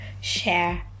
share